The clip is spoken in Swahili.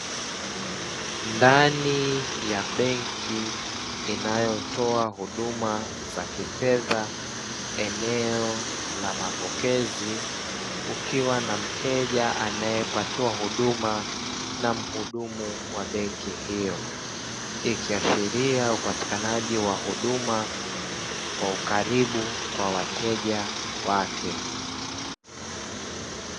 Ndani ya benki inayotoa huduma za kifedha, eneo la mapokezi kukiwa na mteja anayepatiwa huduma na muhudumu wa benki hiyo, ikiashiria upatikanaji wa huduma kwa ukaribu kwa wateja wake.